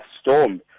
storm